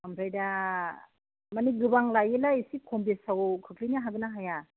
ओमफ्राय दा माने गोबां लायो ना एसे खम बेसाव खोख्लैनो हागोन ना हाया